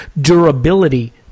durability